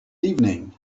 evening